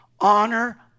honor